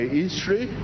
history